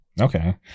Okay